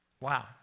Wow